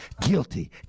guilty